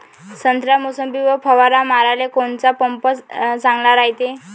संत्रा, मोसंबीवर फवारा माराले कोनचा पंप चांगला रायते?